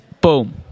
Boom